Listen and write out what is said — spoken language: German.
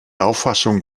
auffassung